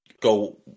go